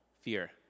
fear